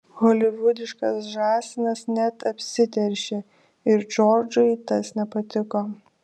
holivudiškas žąsinas net apsiteršė ir džordžui tas nepatiko